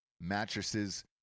mattresses